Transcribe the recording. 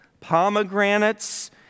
pomegranates